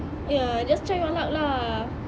ya just try your luck lah